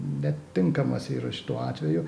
netinkamas yra šituo atveju